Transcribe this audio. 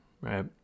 right